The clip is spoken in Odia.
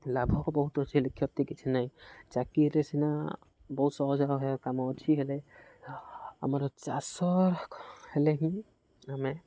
ଲାଭ ବହୁତ ଅଛି ହେଲେ କ୍ଷତି କିଛି ନାହିଁ ଚାକିରିରେ ସିନା ବହୁତ ସହଜ ଭଳିଆ କାମ ଅଛି ହେଲେ ଆମର ଚାଷ ହେଲେ ହିଁ ଆମେ